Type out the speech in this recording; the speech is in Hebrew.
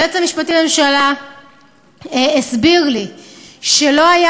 היועץ המשפטי לממשלה הסביר לי שלא היה